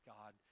God